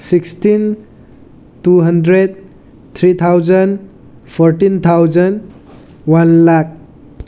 sixteen two hundred three thousand fourteen thousand one lakh